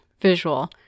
visual